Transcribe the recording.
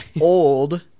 old